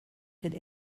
could